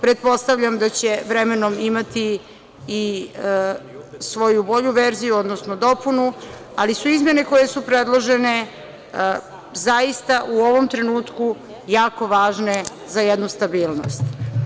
Pretpostavljam da će vremenom imati i svoju bolju verziju, odnosno dopunu, ali su izmene koje su predložene zaista u ovom trenutku jako važne za jednu stabilnost.